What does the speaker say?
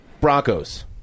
Broncos